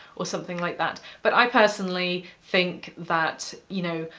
or something like that. but i personally think that, you know,